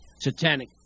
Satanic